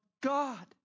god